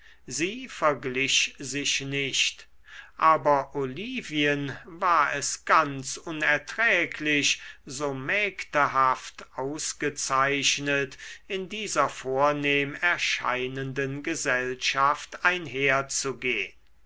sie verglich sich nicht aber olivien war es ganz unerträglich so mägdehaft ausgezeichnet in dieser vornehm erscheinenden gesellschaft einherzugehn